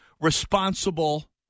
responsible